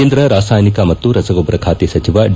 ಕೇಂದ್ರ ರಾಸಾಯನಿಕ ಮತ್ತು ರಸಗೊಬ್ಬರ ಖಾತೆ ಸಚಿವ ಡಿ